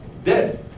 Dead